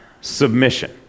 submission